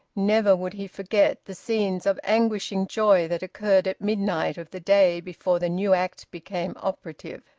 never would he forget the scenes of anguishing joy that occurred at midnight of the day before the new act became operative.